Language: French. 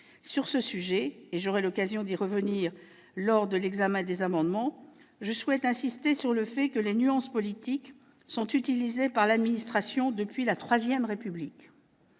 Sur ce sujet- j'aurais l'occasion d'y revenir lors de l'examen des amendements -, je souhaite insister sur le fait que les nuances politiques sont utilisées par l'administration depuis la III République.